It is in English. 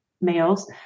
males